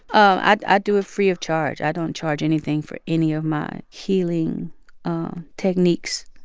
um i do it free of charge. i don't charge anything for any of my healing techniques.